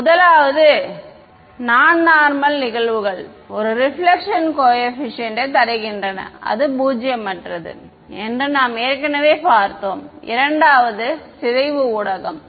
முதலாவது நான் நார்மல் நிகழ்வுகள் ஒரு ரெபிலெக்ஷன் கோஏபிசிஎன்ட் தருகின்றன அது பூஜ்ஜியமற்றது என்று நாம் ஏற்கனவே பார்த்தோம் இரண்டாவது சிதைவு ஊடகம்